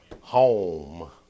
Home